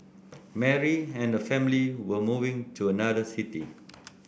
Mary and her family were moving to another city